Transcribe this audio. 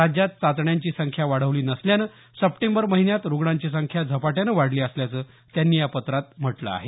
राज्यात चाचण्यांची संख्या वाढवली नसल्यामुळे सप्टेंबर महिन्यात रुग्णांची संख्या झपाट्याने वाढली असल्याचं त्यांनी या पत्रात म्हटलं आहे